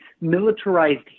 militarized